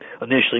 initially